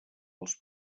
els